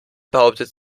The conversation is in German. behauptet